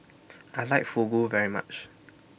I like Fugu very much